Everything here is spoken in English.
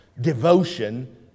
devotion